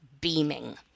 beaming